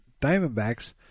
Diamondbacks